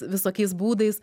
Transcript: visokiais būdais